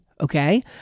Okay